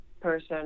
person